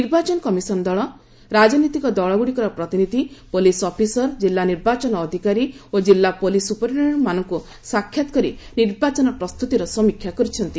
ନିର୍ବାଚନ କମିଶନ ଦଳ ରାଜନୈତିକ ଦଳଗୁଡ଼ିକର ପ୍ରତିନିଧି ପୁଲିସ୍ ଅଫିସର ଜିଲ୍ଲା ନିର୍ବାଚନ ଅଧିକାରୀ ଓ କିଲ୍ଲା ପୁଲିସ୍ ସୁପିରିଟେଶ୍ଡେଣ୍ଟ୍ ମାନଙ୍କୁ ସାକ୍ଷାତ କରି ନିର୍ବାଚନ ପ୍ରସ୍ତୁତିର ସମୀକ୍ଷା କରିଛନ୍ତି